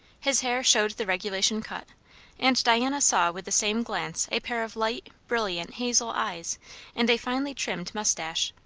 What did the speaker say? his hair showed the regulation cut and diana saw with the same glance a pair of light, brilliant, hazel eyes and a finely trimmed mustache.